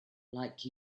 like